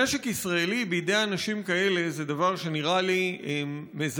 נשק ישראלי בידי אנשים כאלה זה דבר שנראה לי מזעזע,